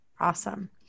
Awesome